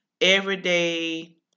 everyday